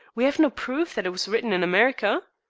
we have no proof that it was written in america.